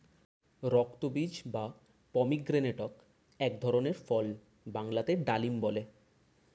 রক্তবীজ বা পমিগ্রেনেটক এক ধরনের ফল বাংলাতে ডালিম বলে